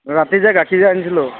ৰাতি যে গাখীৰ যে আনিছিলোঁ